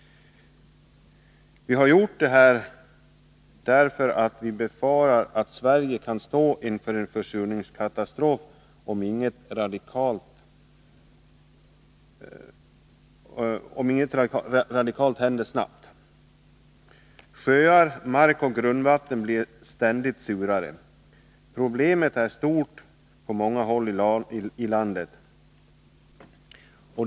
Vi har gjort det därför att vi befarar att Sverige kan stå inför en försurningskatastrof, om inget radikalt händer snabbt. Sjöar, mark och grundvatten blir ständigt surare. Problemet är stort på många håll i landet.